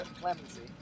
clemency